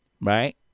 right